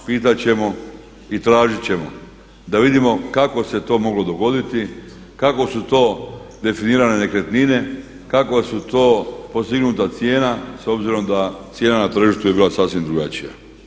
Pitat ćemo i tražit ćemo da vidimo kako se to moglo dogoditi, kako su to definirane nekretnine, kako su to postignuta cijena s obzirom da cijena na tržištu je bila sasvim drugačija.